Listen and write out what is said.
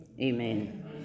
Amen